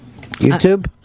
YouTube